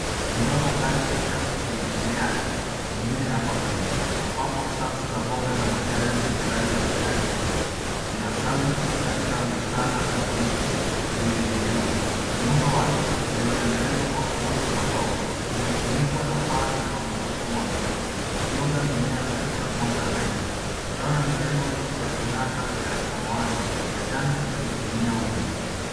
Tazama ndani ya chafu yenye mimea hii, pengine hapa Kenya, ambapo safu za mboga za majani zenye rangi ya kijani kibichi zinastawi katika vitanda nadhifu vilivyoinuliwa. Muundo wake uliotengenezwa kwa nguzo za mbao umefunikwa na paa inayopitisha mwanga, ikioga mimea katika mwanga laini. Utaona mitego ya kunata ya samawati na njano ikining'inia wima.